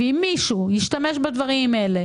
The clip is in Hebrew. ואם מישהו ישתמש בדברים האלה